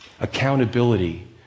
accountability